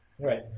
Right